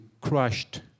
crushed